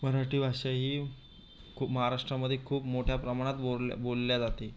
मराठी भाषा ही खूप महाराष्ट्रामधे खूप मोठ्या प्रमाणात बोलल्या बोलल्या जाते